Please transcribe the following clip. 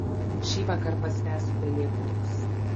šįvakar paspęsiu pelėkautus